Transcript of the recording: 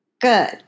Good